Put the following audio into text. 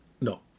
No